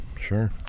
sure